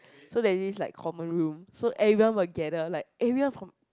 so that there's this like common room so everyone will gather like area from